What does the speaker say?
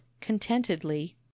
contentedly